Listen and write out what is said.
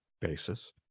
basis